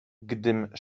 gdym